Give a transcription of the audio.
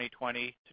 2020